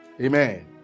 Amen